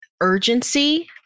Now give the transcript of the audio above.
urgency